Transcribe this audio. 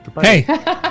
Hey